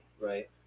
Right